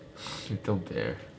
little bear